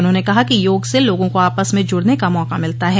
उन्होंने कहा कि योग से लोगों को आपस में जुड़ने का मौका मिलता है